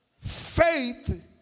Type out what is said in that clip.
faith